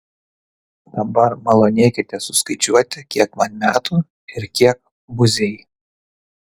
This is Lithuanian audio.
dabar malonėkite suskaičiuoti kiek man metų ir kiek buziai